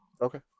okay